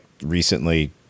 recently